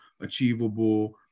achievable